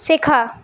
শেখা